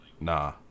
nah